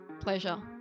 pleasure